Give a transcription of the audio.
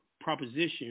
proposition